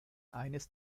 eines